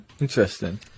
Interesting